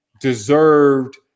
deserved